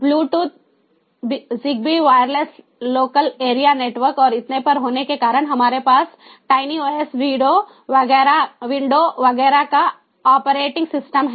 Bluetooth ZigBee wireless local area network और इतने पर होने के कारण हमारे पास TinyOS विंडो वगैरह का ऑपरेटिंग सिस्टम है